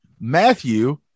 matthew